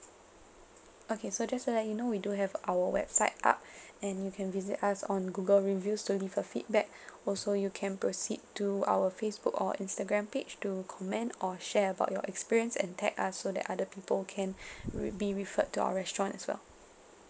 okay so just to let you know we do have our website up and you can visit us on Google reviews to leave a feedback also you can proceed to our Facebook or Instagram page to comment or share about your experience and tag us so that other people can re be referred to our restaurant as well